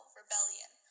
rebellion